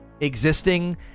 Existing